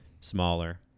smaller